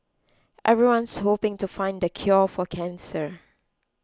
everyone's hoping to find the cure for cancer